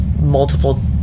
multiple